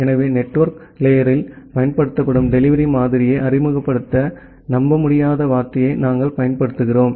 எனவே நெட்வொர்க் லேயரில் பயன்படுத்தப்படும் டெலிவரி மாதிரியை அறிமுகப்படுத்த நம்பமுடியாத வார்த்தையை நாங்கள் பயன்படுத்துகிறோம்